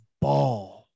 ball